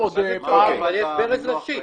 אבל יש ברז ראשי.